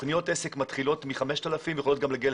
תוכניות עסק מתחילות מ-5,000 שקלים ויכולות להגיע גם